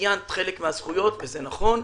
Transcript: ציינת חלק מן הזכויות, זה נכון.